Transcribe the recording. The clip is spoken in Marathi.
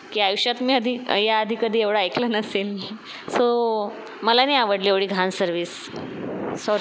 की आयुष्यात मी आधी या आधी कधी एवढं ऐकलं नसेल सो मला नाही आवडली एवढी घाण सर्विस सॉरी